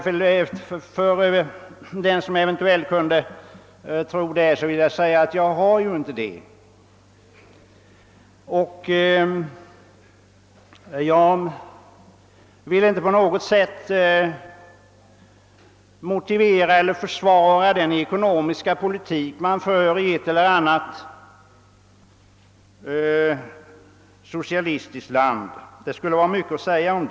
För den som eventuellt trodde att så var fallet vill jag säga, att jag inte har något sådant inflytande! Jag vill inte på något sätt motivera eller försvara den ekonomiska politik som förs i ett eller annat socialistiskt land, men det skulle vara mycket att säga därom.